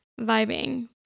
vibing